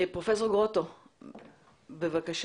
פרופסור גרוטו, בבקשה.